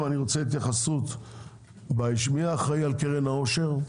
אני גם רוצה התייחסות מי האחראי על קרן העושר?